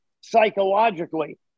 psychologically